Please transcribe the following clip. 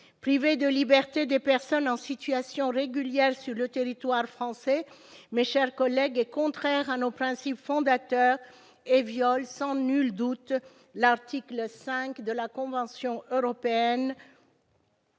Priver de liberté des personnes en situation régulière sur le territoire français est, mes chers collègues, contraire à nos principes fondateurs et viole, sans nul doute, l'article 5 de la convention européenne